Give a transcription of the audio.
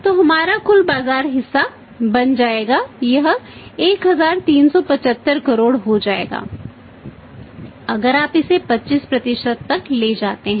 तो हमारा कुल बाजार हिस्सा बन जाएगा यह 1375 करोड़ हो जाएगा अगर आप इसे 25 तक ले जाते हैं